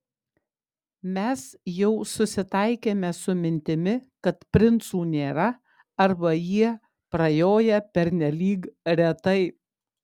mes jau susitaikėme su mintimi kad princų nėra arba jie prajoja pernelyg retai